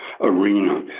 arena